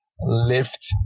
lift